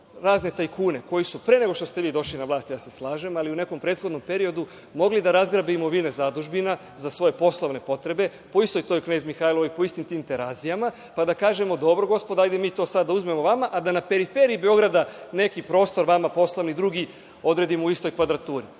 razne tajkune koji su, pre nego što ste vi došli na vlast, ja se slažem, ali u nekom prethodnom periodu, mogli da razgrabimo imovine zadužbina za svoje poslovne potrebe po istoj toj Knez Mihajlovoj, po istim tim Terazijama, pa da kažemo – dobro, gospodo, hajde mi to sada da uzmemo vama, a da na periferiji Beograda neki prostor vama poslovni drugi odredimo u istoj kvadraturi.